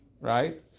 right